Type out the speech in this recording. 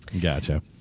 Gotcha